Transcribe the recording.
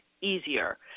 easier